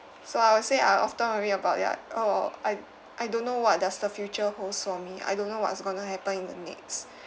so I would say I often worry about ya oh I I don't know what does the future holds for me I don't know what's going to happen in the next